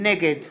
נגד